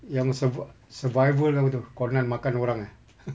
yang survi~ survival apa tu conan makan orang eh !huh!